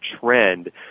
trend